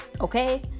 Okay